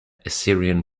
assyrian